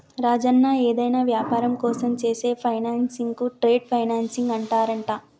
రాజన్న ఏదైనా వ్యాపారం కోసం చేసే ఫైనాన్సింగ్ ను ట్రేడ్ ఫైనాన్సింగ్ అంటారంట